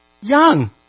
Young